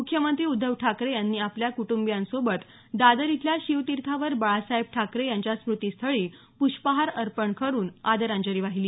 मुख्यमंत्री उद्धव ठाकरे यांनी आपल्या कुटुंबियांसोबत दादर इथल्या शिवतीर्थावर बाळासाहेब ठाकरे यांच्या स्मुतीस्थळी पृष्पहार अर्पण करून आदरांजली वाहिली